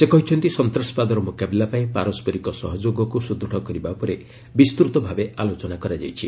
ସେ କହିଛନ୍ତି ସନ୍ତାସବାଦର ମୁକାବିଲା ପାଇଁ ପାରସରିକ ସହଯୋଗକୁ ସୁଦୃତ୍ କରିବା ଉପରେ ବିସ୍ତୃତ ଭାବେ ଆଲୋଚନା କରାଯାଇଛି